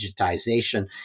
digitization